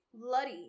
bloody